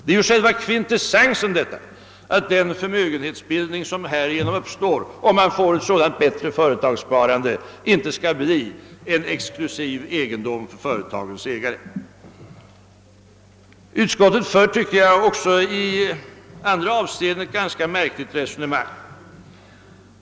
Det är ju detta som är själva kvintessensen, att den förmögenhetsbildning som här uppstår, om man får ett så dant bättre företagssparande, inte skall bli en exklusiv egendom för företagens ägare. Även i andra avseenden för utskottet ett ganska märkligt resonemang.